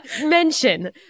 mention